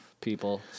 people